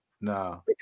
no